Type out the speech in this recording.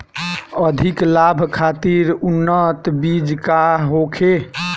अधिक लाभ खातिर उन्नत बीज का होखे?